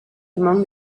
among